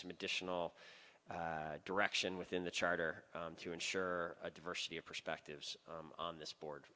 some additional direction within the charter to ensure a diversity of perspectives on this board